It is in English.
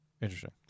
Interesting